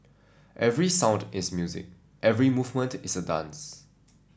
every sound is music every movement is a dance